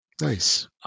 Nice